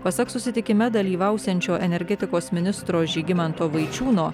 pasak susitikime dalyvausiančio energetikos ministro žygimanto vaičiūno